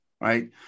Right